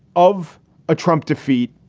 of a trump defeat,